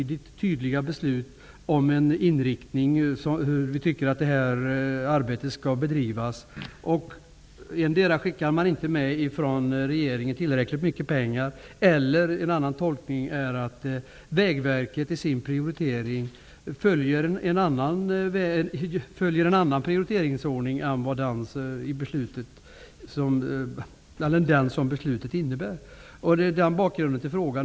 Riksdagen fattar entydiga beslut om hur arbetet skall bedrivas, men antingen skickar regeringen inte med tillräckligt mycket pengar, eller så följer Vägverket en annan prioriteringsordning än den som beslutet innebär. Det är bakgrunden till frågan.